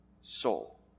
soul